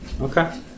Okay